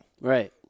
Right